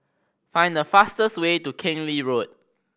find the fastest way to Keng Lee Road